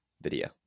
video